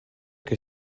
che